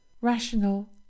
rational